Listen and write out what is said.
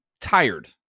tired